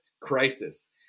crisis